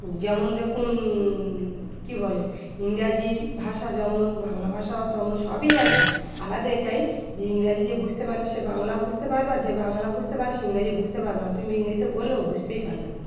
যেমন দেখুন কী বলেন ইংরাজি ভাষা যেমন বাংলা ভাষাও তমন সবই একই আলাদা এটাই যে ইংরাজি যে বুঝতে পারে না সে বাংলা বুঝতে পারবে যে বাংলা বুঝতে পারে সে ইংরাজি বুঝতে পারবে না তুমি ইংরাজিতে বললেও বুঝতেই পারবে না